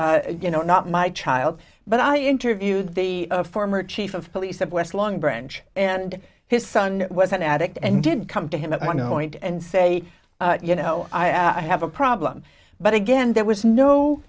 out you know not my child but i interviewed the former chief of police of west long branch and his son was an addict and didn't come to him at no point and say you know i have a problem but again there was no